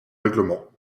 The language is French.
règlement